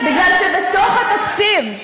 מפני שבתוך התקציב,